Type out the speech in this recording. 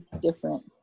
different